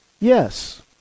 yes